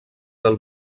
del